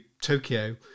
Tokyo